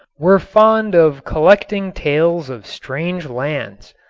were fond of collecting tales of strange lands.